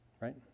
right